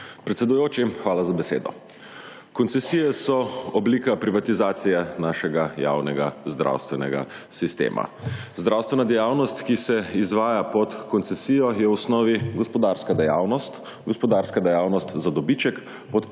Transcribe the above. Predsedujoči, hvala za besedo. Koncesije so oblika privatizacije našega javnega zdravstvenega sistema. 30. TRAK: (AJ) 11.40 (nadaljevanje) Zdravstvena dejavnost, ki se izvaja pod koncesijo je v osnovi gospodarska dejavnost. Gospodarska dejavnost za dobiček,